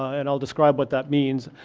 and i'll describe what that means,